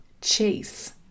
chase